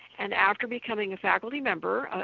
and after becoming a faculty member, ah